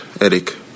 Eric